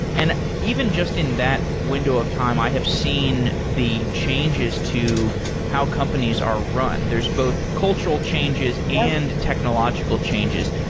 and even just in that window of time i have seen the changes to how companies are run. there're both cultural changes and technological changes.